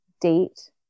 date